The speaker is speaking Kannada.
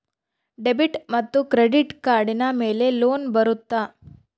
ಡೆಬಿಟ್ ಮತ್ತು ಕ್ರೆಡಿಟ್ ಕಾರ್ಡಿನ ಮೇಲೆ ಲೋನ್ ಬರುತ್ತಾ?